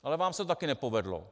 Ale vám se to také nepovedlo.